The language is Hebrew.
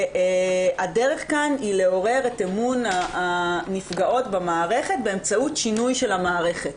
הדרך כאן היא לעורר את אמון הנפגעות במערכת באמצעות שינוי של המערכת,